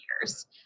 years